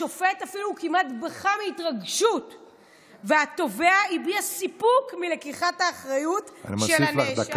השופט כמעט בכה מהתרגשות והתובע הביע סיפוק מלקיחת האחריות של הנאשם.